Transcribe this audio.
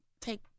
take